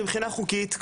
מבחינה חוקית,